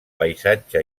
paisatge